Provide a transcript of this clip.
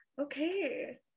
okay